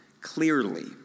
clearly